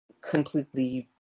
completely